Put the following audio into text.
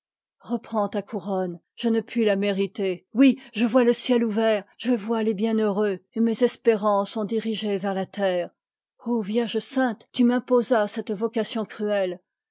reprends ta couronne je ne puis la mériter oui je vois le ciel ouvert je vois les bienheureux et mes espérances sont dirigées vers la terre o vierge sainte tu m'imposas cette vocation cruelle